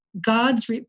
God's